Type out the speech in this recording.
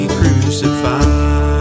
crucified